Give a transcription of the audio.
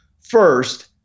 First